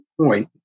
point